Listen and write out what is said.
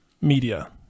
media